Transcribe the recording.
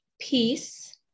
peace